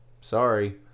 sorry